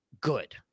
good